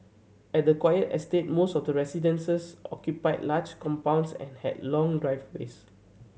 at the quiet estate most of the residences occupied large compounds and had long driveways